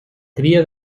cria